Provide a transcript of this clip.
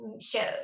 shows